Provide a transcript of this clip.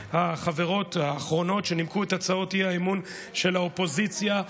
החברות האחרונות שנימקו את הצעות האי-אמון של האופוזיציה.